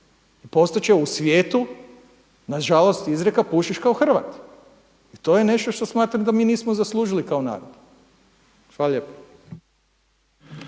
I postat će u svijetu na žalost izreka pušiš kao Hrvat. I to je nešto što smatram da mi nismo zaslužili kao narod. Hvala lijepo.